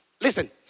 Listen